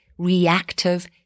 reactive